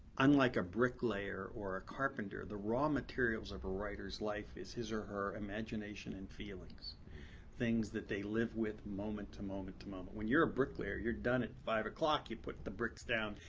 unlike a brick layer or a carpenter, the raw materials of a writer's life is his or her imagination and feelings things that they live with moment to moment moment. when you're a brick layer, you're done at five o'clock. you put the bricks down.